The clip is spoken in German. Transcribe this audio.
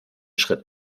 schritt